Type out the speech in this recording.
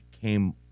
came